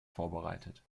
vorbereitet